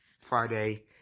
Friday